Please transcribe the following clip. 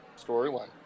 storyline